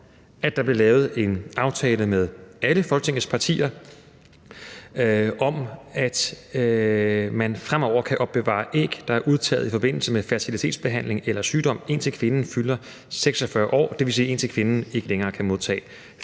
at der blev lavet en aftale med alle Folketingets partier om, at man fremover kan opbevare æg, der er udtaget i forbindelse med fertilitetsbehandling eller sygdom, indtil kvinden fylder 46 år, dvs. indtil kvinden ikke længere kan modtage